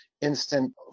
instant